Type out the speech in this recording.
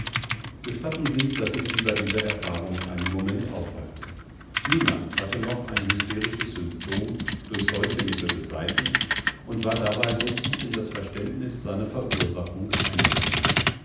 gestatten sie daß ich sie bei dieser erfahrung einen moment aufhalte niemand hatte noch ein hysterisches symptom durch solche mittel beseitigt und war dabei so tief in das verständnis seiner verursachung eingedrungen